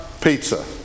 pizza